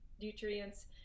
nutrients